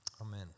Amen